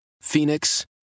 Phoenix